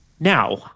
Now